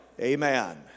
Amen